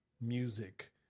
music